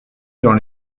dans